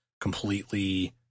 completely